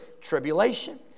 tribulation